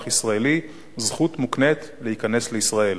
ישראלי זכות מוקנית להיכנס לישראל,